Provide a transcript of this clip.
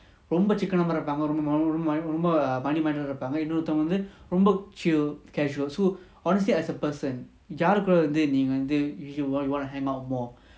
ரொம்பசிக்கனமாஇருப்பாங்கஇன்னொருத்தங்கவந்துரொம்ப:romba sikkanamaa irupanga innoruthanga vandhu romba chill casual so honestly as a person யாருகூடவந்துநீங்கவந்து:yarukooda vandhu neenga vandhu you want to hang out more